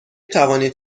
توانید